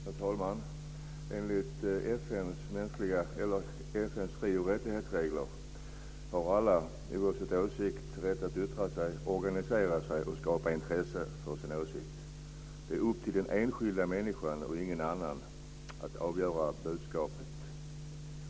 Herr talman! Enligt FN:s fri och rättighetsregler har alla oavsett åsikt rätt att yttra sig, organisera sig och skapa intresse för sin åsikt. Det är upp till den enskilda människan och ingen annan att avgöra budskapet.